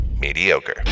mediocre